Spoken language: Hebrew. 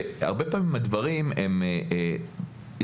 הרבה פעמים לדברים יש גבולות